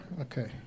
Okay